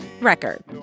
record